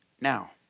Now